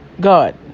God